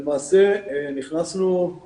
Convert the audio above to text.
למעשה נכנסנו כבר